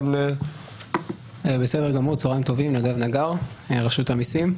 נדב נגר, רשות המסים.